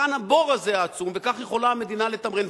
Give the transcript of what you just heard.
מכאן הבור הזה, העצום, וכך יכולה המדינה לתמרן.